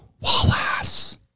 Wallace